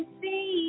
see